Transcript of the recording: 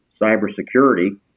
cybersecurity